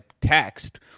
text